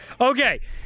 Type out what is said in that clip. okay